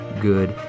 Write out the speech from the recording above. good